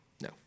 no